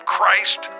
Christ